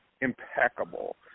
impeccable